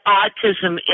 autism